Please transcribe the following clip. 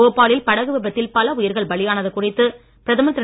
Boba லில் படகு விபத்தில் பல உயிர்கள் பலியாளது குறித்து பிரதமர் திரு